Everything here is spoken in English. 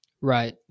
Right